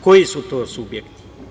Koji su to subjekti?